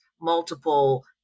multiple